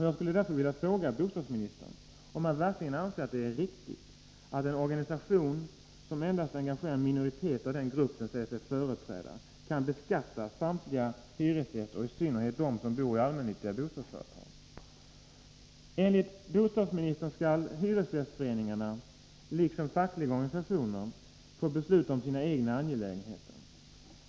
Jag skulle därför vilja fråga bostadsministern om han verkligen anser att det är riktigt att en organisation som endast engagerar en minoritet av den grupp den säger sig företräda kan beskatta samtliga hyresgäster och i synnerhet dem som bor i allmännyttiga bostadsföretag. Enligt bostadsministern skall hyresgästföreningarna, liksom fackliga organisationer, få besluta om sina egna angelägenheter.